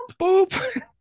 boop